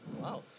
wow